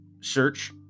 search